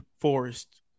forest